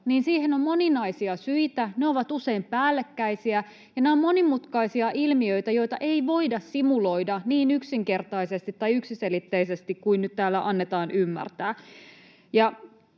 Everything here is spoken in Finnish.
on moninaisia syitä. Ne ovat usein päällekkäisiä, ja nämä ovat monimutkaisia ilmiöitä, joita ei voida simuloida niin yksinkertaisesti tai yksiselitteisesti kuin nyt täällä annetaan ymmärtää.